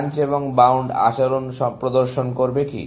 branch এবং bound আচরণ প্রদর্শন করবে কি